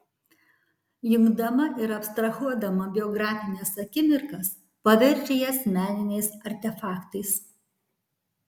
jungdama ir abstrahuodama biografines akimirkas paverčia jas meniniais artefaktais